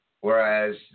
Whereas